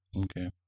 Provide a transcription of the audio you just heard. Okay